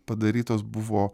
padarytos buvo